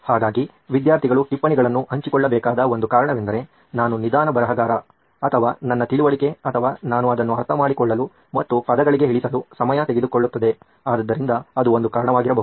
ಹಾಗಾಗಿ ವಿದ್ಯಾರ್ಥಿಗಳು ಟಿಪ್ಪಣಿಗಳನ್ನು ಹಂಚಿಕೊಳ್ಳಬೇಕಾದ ಒಂದು ಕಾರಣವೆಂದರೆ ನಾನು ನಿಧಾನ ಬರಹಗಾರ ಅಥವಾ ನನ್ನ ತಿಳುವಳಿಕೆ ಅಥವಾ ನಾನು ಅದನ್ನು ಅರ್ಥಮಾಡಿಕೊಳ್ಳಲು ಮತ್ತು ಪದಗಳಿಗೆ ಇಳಿಸಲು ಸಮಯ ತೆಗೆದುಕೊಳ್ಳುತ್ತದೆ ಆದ್ದರಿಂದ ಅದು ಒಂದು ಕಾರಣವಾಗಿರಬಹುದು